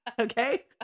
Okay